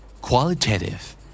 Qualitative